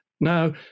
Now